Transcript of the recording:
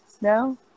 No